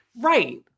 Right